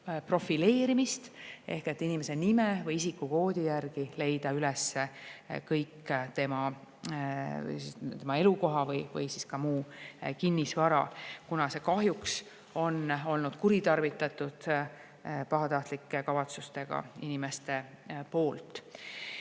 profileerimist, et inimese nime või isikukoodi järgi leida üles tema elukoht või ka muu kinnisvara, kuna see kahjuks on olnud kuritarvitatud pahatahtlike kavatsustega inimeste poolt.